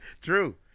True